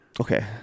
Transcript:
Okay